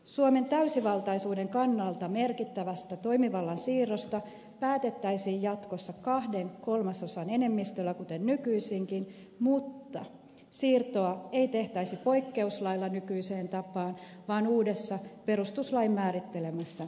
suomen täysivaltaisuuden kannalta merkittävästä toimivallan siirrosta päätettäisiin jatkossa kahden kolmasosan enemmistöllä kuten nykyisinkin mutta siirtoa ei tehtäisi poikkeuslailla nykyiseen tapaan vaan uudessa perustuslain määrittelemässä menettelyssä